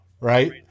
right